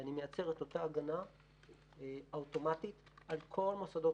ואני מייצר את אותה ההגנה האוטומטית על כל מוסדות